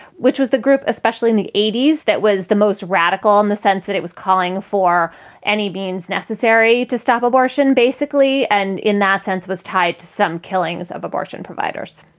which was the group, especially in the eighty s, that was the most radical in the sense that it was calling for any means necessary to stop abortion, basically. and in that sense was tied to some killings of abortion providers